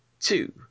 two